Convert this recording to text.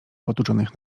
potłuczonych